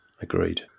agreed